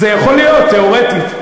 זה יכול להיות, תיאורטית.